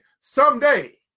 Someday